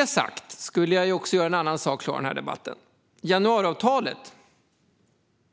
Med det sagt skulle jag också vilja göra en annan sak klar i den här debatten: Januariavtalet